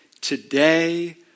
Today